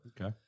okay